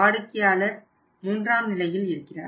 வாடிக்கையாளர் மூன்றாம் நிலையில் இருக்கிறார்